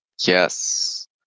Yes